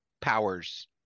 powers